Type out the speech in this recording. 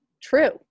true